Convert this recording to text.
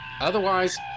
otherwise